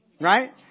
Right